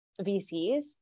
VCs